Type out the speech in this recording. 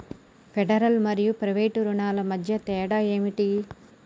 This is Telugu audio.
ఫెడరల్ మరియు ప్రైవేట్ రుణాల మధ్య తేడా ఏమిటి?